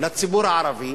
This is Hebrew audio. לציבור הערבי,